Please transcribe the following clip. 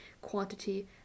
quantity